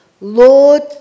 Lord